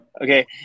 Okay